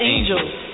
Angels